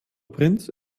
prince